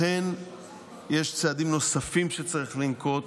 לכן יש צעדים נוספים שצריך לנקוט.